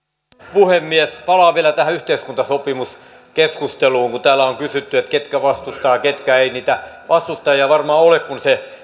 puhemies palaan vielä tähän yhteiskuntasopimuskeskusteluun kun täällä on kysytty ketkä vastustavat ja ketkä eivät niitä vastustajia ei varmaan ole kuin se